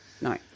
No